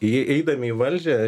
jei eidami į valdžią